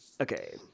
Okay